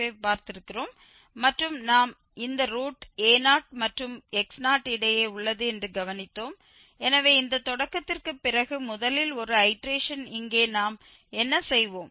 5ஐ பார்த்திருக்கிறோம் மற்றும் நாம் இந்த ரூட் a0 மற்றும் x0 இடையே உள்ளது என்று கவனித்தோம் எனவே இந்த தொடக்கத்திற்குப் பிறகு முதலில் ஒரு ஐடேரேஷன் இங்கே நாம் என்ன செய்வோம்